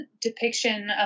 depiction